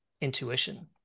intuition